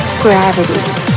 Gravity